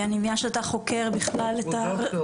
צור,